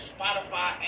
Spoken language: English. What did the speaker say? Spotify